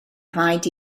rhaid